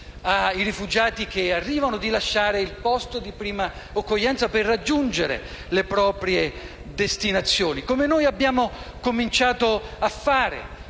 ai rifugiati che arrivano di lasciare il posto di prima accoglienza per raggiungere le proprie destinazioni. E noi abbiamo cominciato a farlo